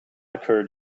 occurred